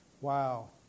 Wow